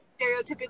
Stereotypically